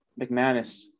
McManus